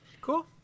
Cool